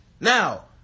Now